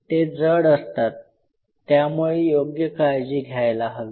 ते जड असतात त्यामुळे योग्य काळजी घ्यायला हवी